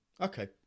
Okay